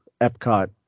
Epcot